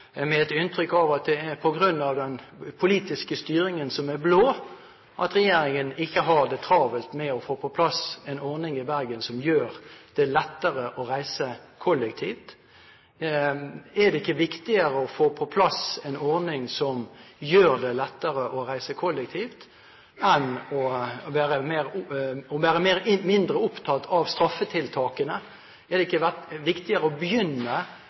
med et inntrykk av at det er på grunn av den politiske styringen som er blå, at regjeringen ikke har det travelt med å få på plass en ordning i Bergen som gjør det lettere å reise kollektivt. Er det ikke viktigere å få på plass en ordning som gjør det lettere å reise kollektivt, enn å være opptatt av straffetiltakene? Er det ikke viktigere å begynne,